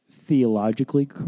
Theologically